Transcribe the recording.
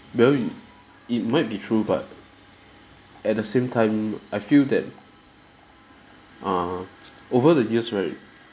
well it might be true but at the same time I feel that err over the years right